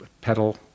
pedal